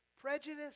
Prejudice